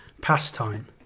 pastime